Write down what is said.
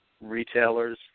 retailers